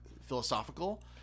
philosophical